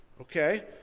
Okay